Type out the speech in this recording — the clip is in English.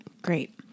Great